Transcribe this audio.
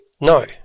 No